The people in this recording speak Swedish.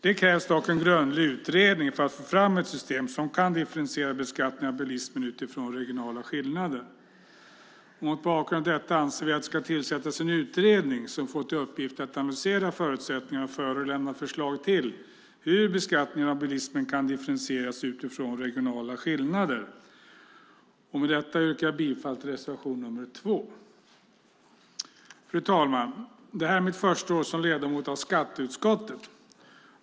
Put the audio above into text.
Det krävs dock en grundlig utredning för att få fram ett system som kan differentiera beskattningen av bilismen utifrån regionala skillnader. Mot bakgrund av detta anser vi att det ska tillsättas en utredning som får i uppgift att analysera förutsättningarna för och lämna förslag till hur beskattningen av bilismen kan differentieras utifrån regionala skillnader. Med detta yrkar jag bifall till reservation 2. Fru talman! Detta år är mitt första år som ledamot av skatteutskottet.